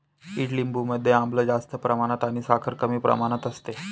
ईडलिंबू मध्ये आम्ल जास्त प्रमाणात आणि साखर कमी प्रमाणात असते